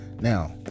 Now